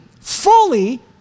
fully